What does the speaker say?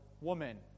woman